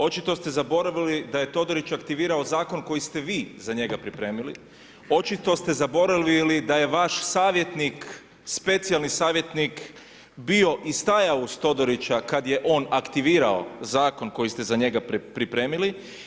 Očito ste zaboravili da je Todorić aktivirao zakon koji ste vi za njega pripremili, očito ste zaboravili da je vaš savjetnik, specijalni savjetnik bio i stajao uz Todorića kada je on aktivirao zakon koji ste za njega pripremili.